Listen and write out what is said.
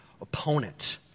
opponent